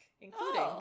including